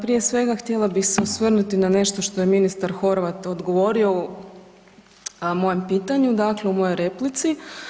Prije svega htjela bi se osvrnuti na nešto što je ministar Horvat odgovorio u mojem pitanju, dakle u mojoj replici.